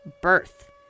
birth